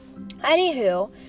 Anywho